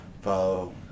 follow